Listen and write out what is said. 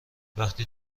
وقتی